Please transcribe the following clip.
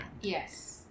Yes